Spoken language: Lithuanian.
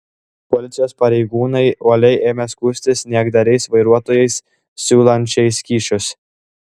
policijos pareigūnai uoliai ėmė skųstis niekdariais vairuotojais siūlančiais kyšius